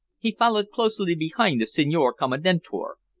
he followed closely behind the signor commendatore.